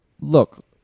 Look